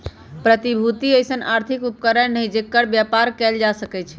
प्रतिभूति अइसँन आर्थिक उपकरण हइ जेकर बेपार कएल जा सकै छइ